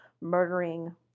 murdering